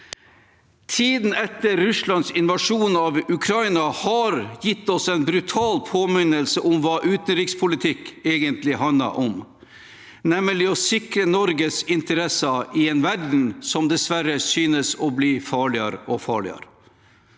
Tiden etter Russlands invasjon av Ukraina har gitt oss en brutal påminnelse om hva utenrikspolitikk egentlig handler om, nemlig å sikre Norges interesser i en verden som dessverre synes å bli farligere og farligere.